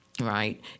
right